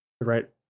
right